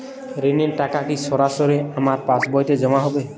ঋণের টাকা কি সরাসরি আমার পাসবইতে জমা হবে?